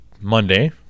Monday